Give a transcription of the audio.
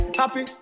happy